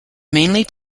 mainly